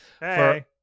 Hey